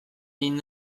egin